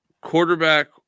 quarterback